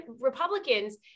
Republicans